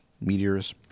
meteors